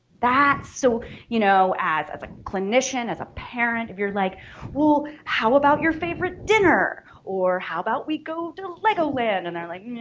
that's so you know as a like clinician as a parent if you're like well how about your favorite dinner? or how about we go to legoland! and they're like